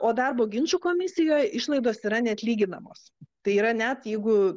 o darbo ginčų komisijoj išlaidos yra neatlyginamos tai yra net jeigu